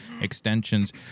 extensions